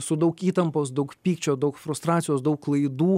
su daug įtampos daug pykčio daug frustracijos daug klaidų